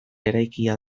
eraikia